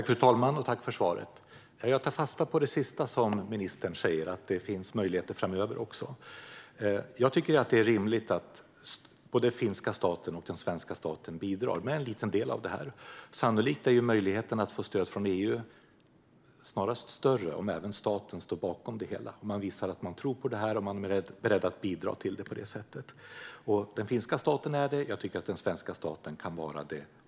Fru talman! Tack för svaret! Jag tar fasta på det sista som ministern sa, att det finns möjligheter också framöver. Jag tycker att det är rimligt att både den finska staten och den svenska staten bidrar med en liten del. Sannolikt är möjligheten att få stöd från EU snarast större om även staten står bakom det hela. Det visar att man tror på det och är beredd att bidra till det. Den finska staten är det, och jag tycker att också den svenska staten kan vara det.